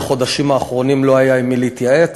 בחודשים האחרונים לא היה עם מי להתייעץ,